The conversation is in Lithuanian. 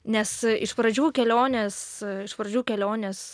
nes iš pradžių kelionės iš pradžių kelionės